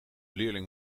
leerling